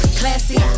classy